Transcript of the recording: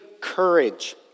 courage